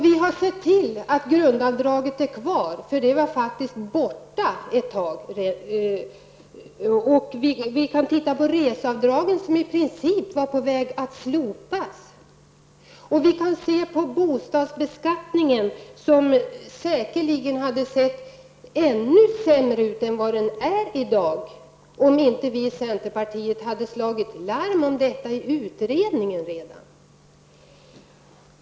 Vi har sett till att grundavdraget är kvar, för det var faktiskt borta från förslaget ett tag. Vi kan titta på reseavdraget, som i princip var på väg att slopas. Vi kan se på bostadsbeskattningen, som säkerligen hade sett ännu sämre ut än den gör i dag om inte vi i centerpartiet hade slagit larm om detta redan i utredningen.